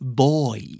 boy